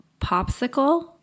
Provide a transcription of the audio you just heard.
Popsicle